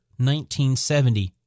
1970